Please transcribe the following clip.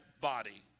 body